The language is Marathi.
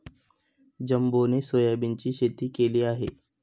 जंबोने सोयाबीनची शेती केली आहे